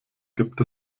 gibt